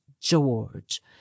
GEORGE